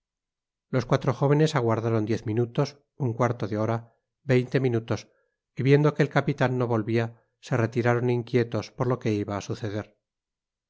los cuatro jóvenes aguardaron diez minutos un cuarto de hora veinte minutos y viendo que el capitan no volvia se retiraron inquietos por lo que iba á suceder